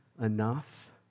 enough